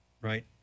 right